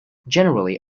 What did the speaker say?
generally